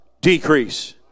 decrease